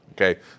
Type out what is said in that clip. Okay